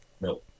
No